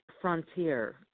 frontier